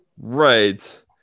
Right